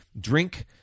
Drink